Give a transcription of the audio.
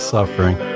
Suffering